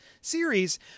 series